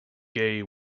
gay